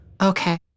Okay